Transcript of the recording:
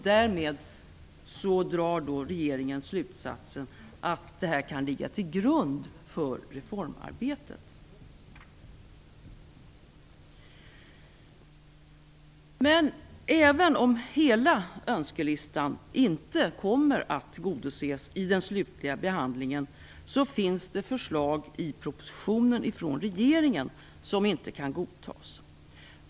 Därmed drar regeringen slutsatsen att detta kan ligga till grund för reformarbetet. Även om hela önskelistan inte kommer att tillgodoses i den slutliga behandlingen så finns det förslag från regeringen i propositionen som inte kan godtas.